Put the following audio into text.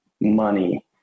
money